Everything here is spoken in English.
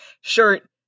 shirt